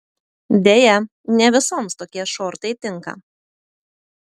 deja ne visoms tokie šortai tinka